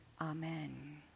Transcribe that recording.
amen